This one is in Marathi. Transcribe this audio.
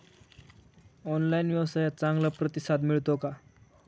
ऑनलाइन व्यवसायात चांगला प्रतिसाद मिळतो का?